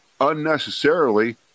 unnecessarily